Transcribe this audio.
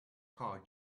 car